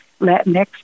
Latinx